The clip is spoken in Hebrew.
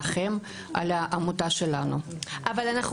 כארגון התחלנו ב-2016,